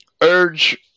urge